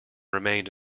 remained